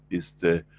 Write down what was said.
it's the,